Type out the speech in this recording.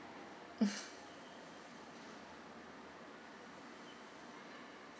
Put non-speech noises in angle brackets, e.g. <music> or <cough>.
<laughs>